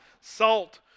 salt